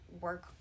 work